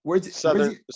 Southern